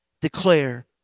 declare